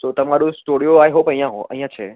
સો તમારો studio I hope અહીંયા અહીંયા છે